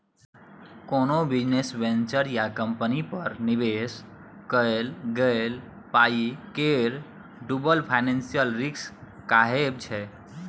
कोनो business venture या कंपनीक पर निबेश कएल गेल पाइ केर डुबब फाइनेंशियल रिस्क कहाबै छै